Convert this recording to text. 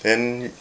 then